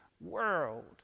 world